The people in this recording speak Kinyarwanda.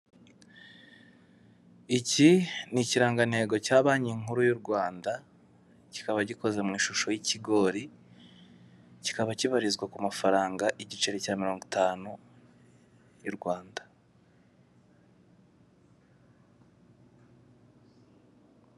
Iki ni ikirangantego cya banki nkuru y'u Rwanda, kikaba gikoze mu ishusho y'ikigori, kikaba kibarizwa ku mafaranga igiceri cya mirongo itanu y'u Rwanda.